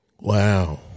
Wow